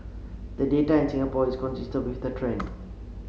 the data in Singapore is consist with that trend